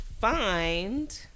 find